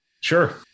Sure